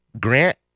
Grant